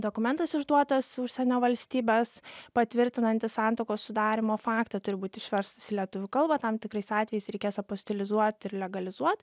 dokumentas išduotas užsienio valstybės patvirtinantis santuokos sudarymo faktą turi būt išverstas į lietuvių kalbą tam tikrais atvejais reikės apostilizuot ir legalizuot